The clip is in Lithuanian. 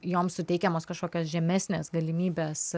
jom suteikiamos kažkokios žemesnės galimybės